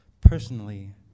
personally